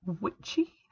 witchy